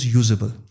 usable